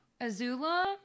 Azula